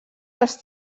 els